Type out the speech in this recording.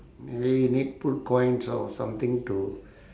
maybe you need put coins or something to